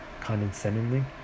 condescendingly